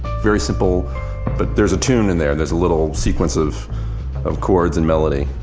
very simple but there's a tune in there, there's a little sequence of of chords and melody.